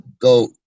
go